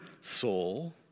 soul